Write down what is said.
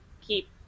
keep